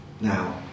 now